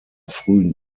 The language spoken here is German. frühen